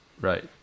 Right